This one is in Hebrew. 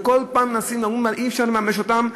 וכל פעם מנסים ואומרים להם: אי-אפשר לממש אותן,